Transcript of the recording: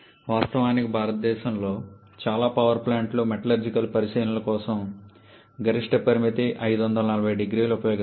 వాస్తవానికి భారతదేశంలోని చాలా పవర్ ప్లాంట్లు మెటలర్జికల్ పరిశీలనల కోసం గరిష్ట పరిమితి 5400C ని ఉపయోగిస్తాయి